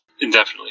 indefinitely